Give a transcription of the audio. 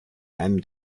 einem